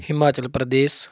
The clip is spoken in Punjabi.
ਹਿਮਾਚਲ ਪ੍ਰਦੇਸ਼